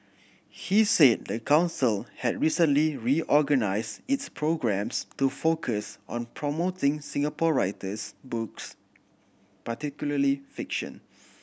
he said the council has recently reorganised its programmes to focus on promoting Singapore writers books particularly fiction